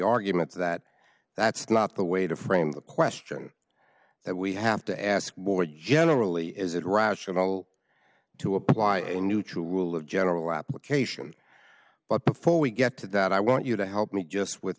argument that that's not the way to frame the question that we have to ask more generally is it rational to apply a new true rule of general application but before we get to that i want you to help me just with